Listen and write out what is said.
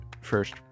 first